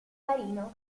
marino